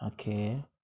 Okay